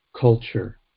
culture